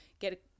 get